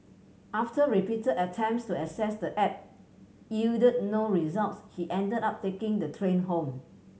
after repeated attempts to access the app yielded no results he ended up taking the train home